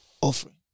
offering